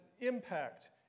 impact